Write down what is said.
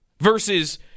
Versus